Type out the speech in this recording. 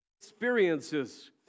experiences